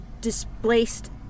displaced